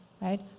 right